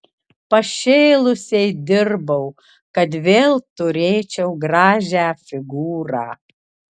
pašėlusiai dirbau kad vėl turėčiau gražią figūrą